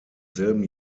selben